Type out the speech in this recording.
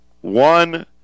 One